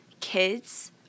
kids